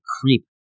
creep